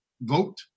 vote